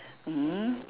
mm